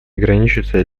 ограничиваются